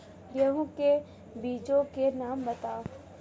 गेहूँ के बीजों के नाम बताओ?